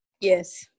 Yes